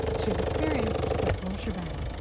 she's experienced the full shebang.